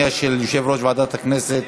ועדת הכנסת